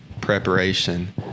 preparation